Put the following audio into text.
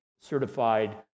certified